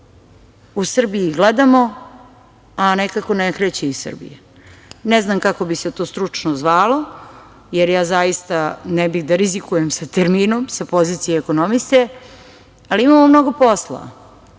u Srbiji gledamo, a nekako ne kreće iz Srbije. Ne znam kako bi se stručno zvalo, jer ja zaista ne bih da rizikujem sa terminom sa pozicije ekonomiste, ali imamo mnogo posla.